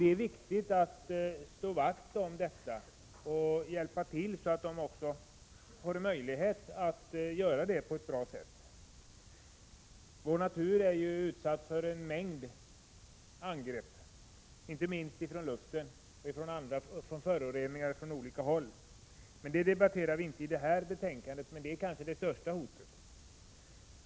Det är viktigt att hjälpa till så att vederbörande också får en möjlighet att göra det på ett bra sätt. Vår natur är ju utsatt för en mängd angrepp och föroreningar från olika håll, inte minst från luften. Detta debatteras inte i det här betänkandet, men det är kanske det största hotet.